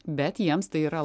bet jiems tai yra